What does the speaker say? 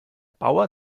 bauer